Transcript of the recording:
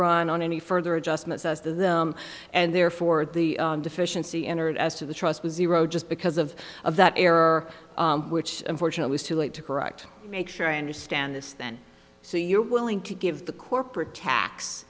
run on any further adjustments as the them and therefore the deficiency entered as to the trust was erode just because of of that error which unfortunately is too late to correct make sure i understand this then so you're willing to give the corporate tax